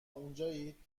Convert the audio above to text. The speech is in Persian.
اونجایید